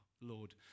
Lord